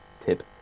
tip